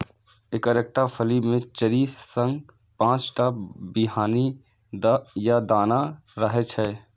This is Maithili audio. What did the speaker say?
एकर एकटा फली मे चारि सं पांच टा बीहनि या दाना रहै छै